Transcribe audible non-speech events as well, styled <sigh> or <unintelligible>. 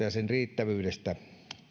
<unintelligible> ja sen riittävyydestä